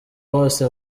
wose